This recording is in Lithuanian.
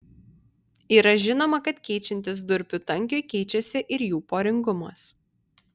yra žinoma kad keičiantis durpių tankiui keičiasi ir jų poringumas